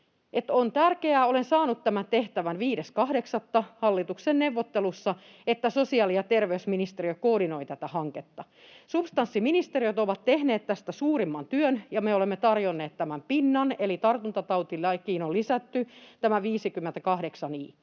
on tärkeää — olen saanut tämän tehtävän 5.8. hallituksen neuvottelussa — että sosiaali- ja terveysministeriö koordinoi tätä hanketta. Substanssiministeriöt ovat tehneet tästä suurimman työn, ja me olemme tarjonneet tämän pinnan, eli tartuntatautilakiin on lisätty tämä 58